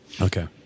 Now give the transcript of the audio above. Okay